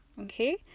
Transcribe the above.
okay